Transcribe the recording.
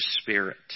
Spirit